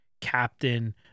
captain